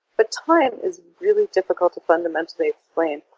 but time is really difficult to fundamentally explain.